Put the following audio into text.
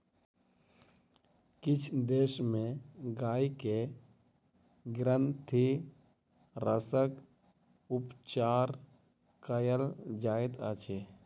किछ देश में गाय के ग्रंथिरसक उपचार कयल जाइत अछि